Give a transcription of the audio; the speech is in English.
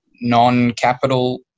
non-capital